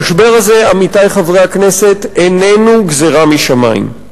המשבר הזה, עמיתי חברי הכנסת, אינו גזירה משמים,